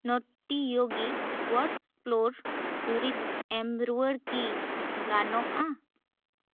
ᱱᱚᱴᱴᱤ ᱭᱳᱜᱤ ᱳᱣᱟᱴᱥ ᱯᱞᱳᱨ ᱫᱩᱨᱤᱵᱽ ᱮᱢ ᱨᱩᱣᱟᱹᱲ ᱠᱤ ᱜᱟᱱᱚᱜᱼᱟ